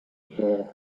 yeah